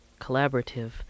collaborative